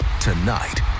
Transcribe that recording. Tonight